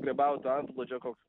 grybautojų antplūdžio koks